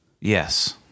Yes